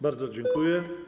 Bardzo dziękuję.